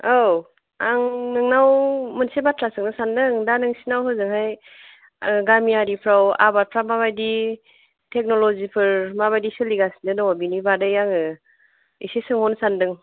औ आं नोंनाव मोनसे बाथ्रा सोंनो सान्दों दा नोंसिनाव हजोंहाय गामियारिफ्राव आबादफ्रा माबायदि टेकन'लजिफोर माबादि सोलिगासिनो दं बेनि बादै आङो एसे सोंहरनो सान्दों